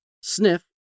Sniff